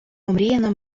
омріяна